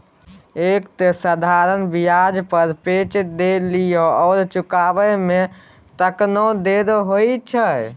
एक तँ साधारण ब्याज पर पैंच देलियौ आ चुकाबै मे तखनो देर होइ छौ